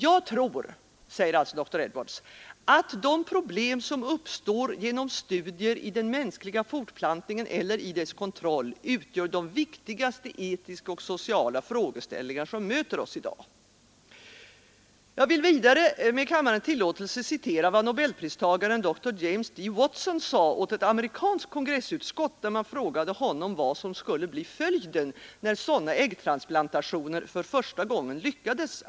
Jag tror att de problem, som uppstår genom studier i den mänskliga fortplantningen eller i dess kontroll, utgör de viktigaste etiska och sociala frågeställningar som möter oss i dag.” Jag vill vidare med kammarens tillåtelse citera vad nobelpristagaren dr James D. Watson sade åt ett amerikanskt kongressutskott när man frågade honom vad som skulle bli följden när sådana äggtransplantationer för första gången lyckades.